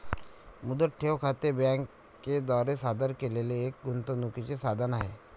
मुदत ठेव खाते बँके द्वारा सादर केलेले एक गुंतवणूकीचे साधन आहे